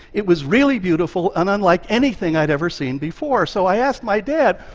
it was really beautiful and unlike anything i'd ever seen before, so i asked my dad,